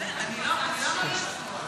שתהיה פה הממשלה אז נדבר.